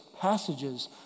passages